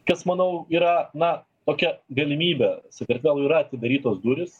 kas manau yra na tokia galimybė sakartvelui yra atidarytos durys